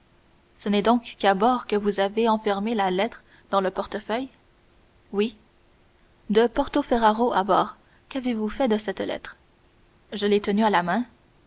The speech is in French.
ce n'est donc qu'à bord que vous avez enfermé la lettre dans le portefeuille oui de porto ferrajo à bord qu'avez-vous fait de cette lettre je l'ai tenue à la main